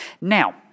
Now